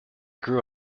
grew